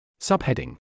Subheading